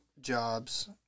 jobs